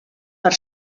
per